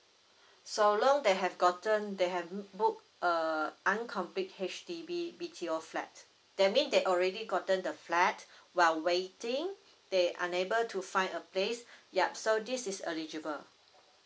so long they have gotten they have mm book err uncompete H_D_B B_T_O flat that mean they already gotten the flat while waiting they unable to find a place yup so this is eligible